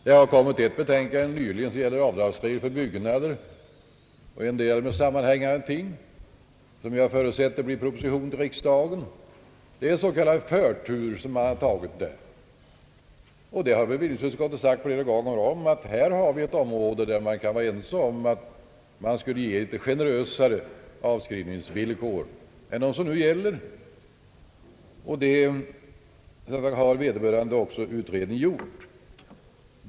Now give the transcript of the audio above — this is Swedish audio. Nyligen framlades ett betänkande om avdragsregler när det gäller byggnader och en del därmed sammanhängande ting, och jag förutsätter att det blir en proposition till riksdagen om detta; det har tagits med s.k. förtur, bevillningsutskottet har flera gånger sagt att detta är ett område där man kan vara ense om litet mera generösa avskrivningsvillkor än de som nu gäller, och vederbörande utredning har föreslagit sådana villkor.